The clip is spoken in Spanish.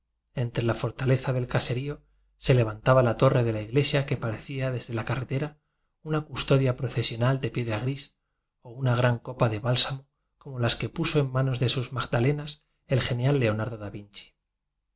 entre la fortaleza del ca serío se levantaba la torre de la iglesia que parecía desde la carretera una custodia procesional de piedra gris o una gran copa de bálsamo como las que puso en manos de sus magdalenas el genial leonardo de vinci